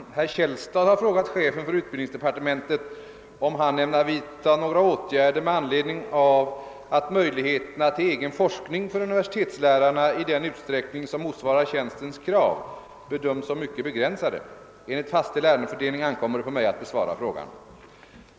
Herr talman! Herr Källstad har frågat chefen för utbildningsdepartementet om han ämnar vidtaga några åtgärder med anledning av att möjligheterna till egen forskning för universitetslärarna i den utsträckning, som motsvarar tjänstens krav, bedöms som mycket begränsade. Enligt fastställd ärendefördelning ankommer det på mig att besvara frågan.